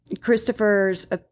Christopher's